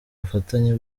bufatanye